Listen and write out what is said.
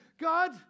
God